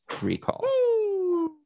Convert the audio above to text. recall